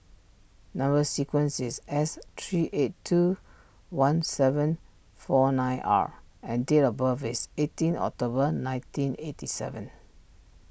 Number Sequence is S three eight two one seven four nine R and date of birth is eighteen October nineteen eighty seven